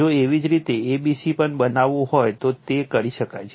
જો એવી જ રીતે a c b પણ બનાવવું હોય તો તે કરી શકાય છે